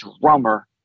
drummer